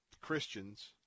Christians